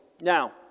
Now